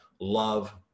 love